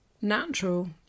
natural